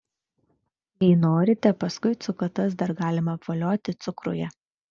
jei norite paskui cukatas dar galima apvolioti cukruje